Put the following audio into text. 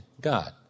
God